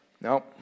No